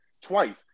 twice